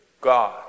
God